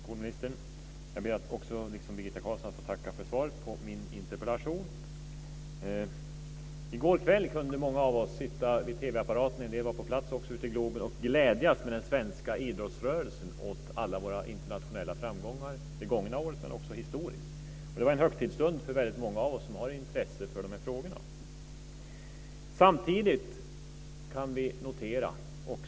Fru talman! Skolministern! Jag ber också, liksom Birgitta Carlsson, att få tacka för svaret på min interpellation. I går kväll kunde många av oss sitta vid TV apparaterna, och en del på plats i Globen, och glädjas med den svenska idrottsrörelsen åt alla internationella framgångar, det gångna året men också historiskt. Det var en högtidsstund för många av oss som har intresse för de här frågorna. Samtidigt kan vi notera en sak.